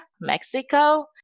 Mexico